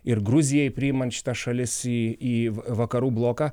ir gruzijai priimant šitą šalis į vakarų bloką